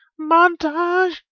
Montage